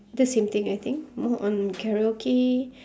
the same thing I think more on karaoke